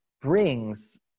brings